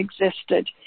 existed